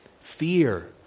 Fear